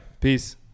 Peace